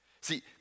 See